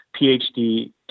PhD